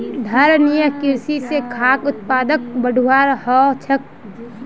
धारणिये कृषि स खाद्य उत्पादकक बढ़ववाओ ह छेक